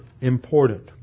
important